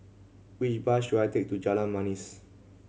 which bus should I take to Jalan Manis